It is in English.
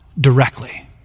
directly